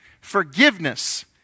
forgiveness